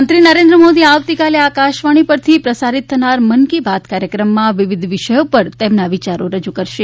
પ્રધાનમંત્રી નરેન્દ્ર મોદી આવતીકાલે આકાશવાણી પરથી પ્રસારિત થનાર મન કી બાત કાર્યક્રમમાં વિવિધ વિષયો પર તેમના વિચારો રજુ કરશે